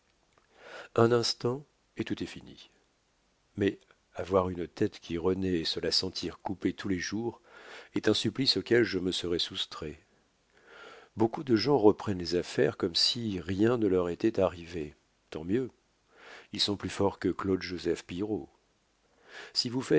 un instant et tout est fini mais avoir une tête qui renaît et se la sentir couper tous les jours est un supplice auquel je me serais soustrait beaucoup de gens reprennent les affaires comme si rien ne leur était arrivé tant mieux ils sont plus forts que claude joseph pillerault si vous